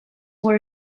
were